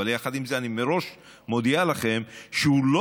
אבל יחד עם זאת אני מראש מודיעה לכם שהוא לא